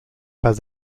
pas